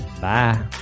Bye